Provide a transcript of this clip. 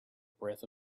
breath